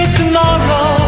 tomorrow